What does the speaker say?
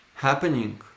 happening